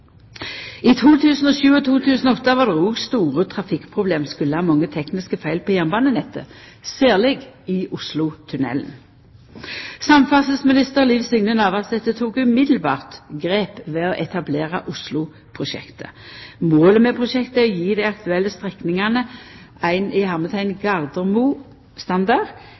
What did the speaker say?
I 2007 og i 2008 var det òg store trafikkproblem på grunn av mange tekniske feil på jernbanenettet, særleg i Oslotunnelen. Samferdselsminister Liv Signe Navarsete tok umiddelbart grep ved å etablera Oslo-prosjektet. Målet med prosjektet er å gje dei aktuelle strekningane ein